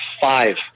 five